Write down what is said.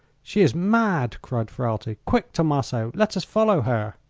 she is mad! cried ferralti. quick, tommaso let us follow her.